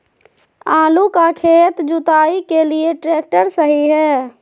आलू का खेत जुताई के लिए ट्रैक्टर सही है?